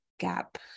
gap